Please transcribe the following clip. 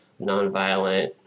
nonviolent